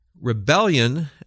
rebellion